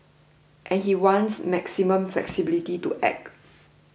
and he wants maximum flexibility to act